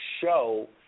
show